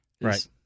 right